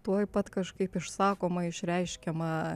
tuoj pat kažkaip išsakoma išreiškiama